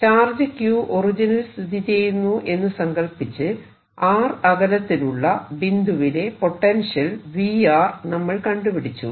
charge Q ഒറിജിനിൽ സ്ഥിതിചെയ്യുന്നു എന്ന് സങ്കൽപ്പിച്ച് r അകലത്തിലുള്ള ബിന്ദുവിലെ പൊട്ടൻഷ്യൽ V നമ്മൾ കണ്ടുപിടിച്ചു